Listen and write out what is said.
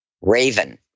Raven